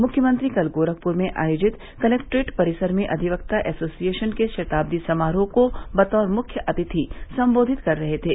मुख्यमंत्री कल गोरखपुर में आयोजित कलेक्ट्रेट परिसर में अधिवक्ता एसोसिएशन के शताब्दी समारोह को बतौर मुख्य अतिथि सम्बोवित कर रहे थे